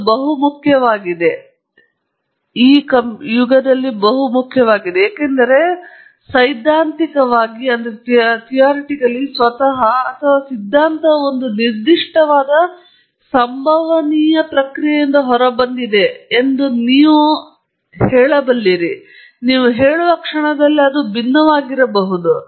ಅದು ಬಹಳ ಮುಖ್ಯವಾಗಿದೆ ಏಕೆಂದರೆ ಸೈದ್ಧಾಂತಿಕವಾಗಿ ಸ್ವತಃ ಅಥವಾ ಸಿದ್ಧಾಂತವು ಒಂದು ನಿರ್ದಿಷ್ಟವಾದ ಪದ್ಯಗಳನ್ನು ಸಂಭವನೀಯ ಪ್ರಕ್ರಿಯೆಯಿಂದ ಹೊರಬಂದಿದೆ ಎಂದು ನೀವು ಹೇಳುವ ಕ್ಷಣದಲ್ಲಿ ಭಿನ್ನವಾಗಿರುತ್ತವೆ